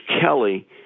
Kelly